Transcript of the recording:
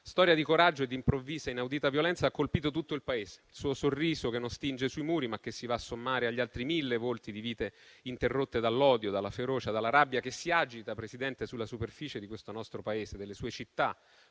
storia di coraggio e di improvvisa e inaudita violenza ha colpito tutto il Paese. Il suo sorriso, che non stinge sui muri, si va a sommare agli altri mille volti di vite interrotte dall’odio, dalla ferocia e dalla rabbia che si agita, Presidente, sulla superficie di questo nostro Paese e delle sue città